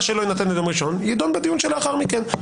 מה שלא יינתן עד יום ראשון יידון בדיון שלאחר מכן.